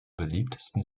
beliebtesten